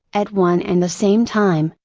at one and the same time,